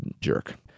jerk